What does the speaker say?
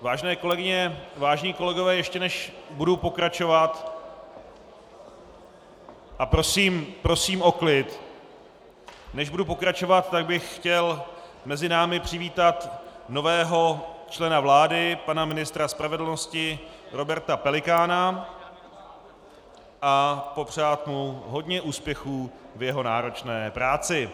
Vážené kolegyně, vážení kolegové, ještě než budu pokračovat a prosím o klid tak bych chtěl mezi námi přivítat nového člena vlády, pana ministra spravedlnosti Roberta Pelikána, a popřát mu hodně úspěchů v jeho náročné práci.